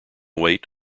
weight